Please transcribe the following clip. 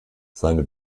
seine